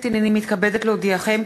הנני מתכבדת להודיעכם,